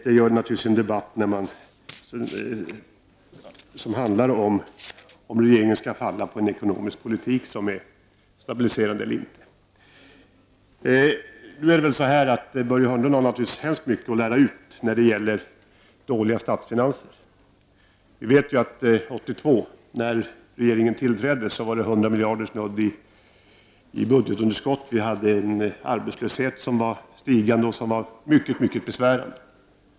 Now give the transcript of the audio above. Det gör det naturligtvis i en debatt som handlar om huruvida regeringen skall falla på en ekonomisk politik som är stabiliserande eller inte. Börje Hörnlund har naturligtvis mycket att lära ut när det gäller dåliga statsfinanser. Vi vet att 1982, när regeringen tillträdde, var budgetunderskottet ungefär 100 miljarder. Arbetslösheten var stigande och mycket besvärlig.